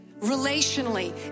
relationally